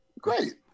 Great